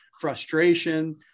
frustration